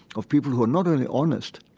of people who were not only honest